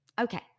Okay